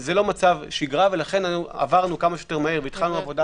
זה לא מצב שגרה ולכן עברנו כמה שיותר מהר והתחלנו עבודה